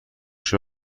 شده